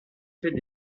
fait